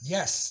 Yes